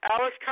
Alice